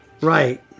Right